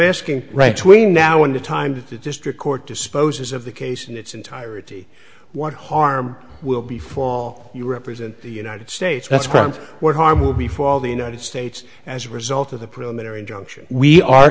asking right tween now and a time that the district court disposes of the case in its entirety what harm will be for all you represent the united states that's present what harm will be for all the united states as a result of the preliminary injunction we are